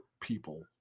people